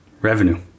revenue